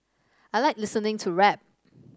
I like listening to rap